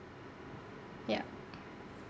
ya